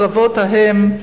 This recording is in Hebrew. הקרבות ההם,